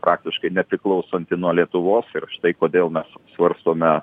praktiškai nepriklausanti nuo lietuvos ir štai kodėl mes svarstome